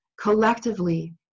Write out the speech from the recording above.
collectively